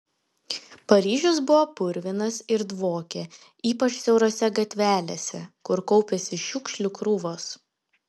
paryžius buvo purvinas ir dvokė ypač siaurose gatvelėse kur kaupėsi šiukšlių krūvos